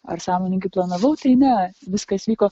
ar sąmoningai planavau tai ne viskas vyko